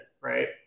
right